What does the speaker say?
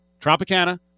Tropicana